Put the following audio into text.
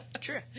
True